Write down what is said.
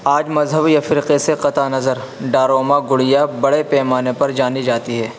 آج مذہب یا فرقے سے قطع نظر ڈاروما گڑیا بڑے پیمانے پر جانی جاتی ہے